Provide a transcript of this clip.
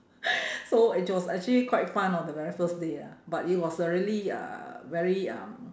so it was actually quite fun on the very first day ah but it was a really uh very um